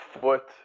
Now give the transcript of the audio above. foot